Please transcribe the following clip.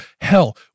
hell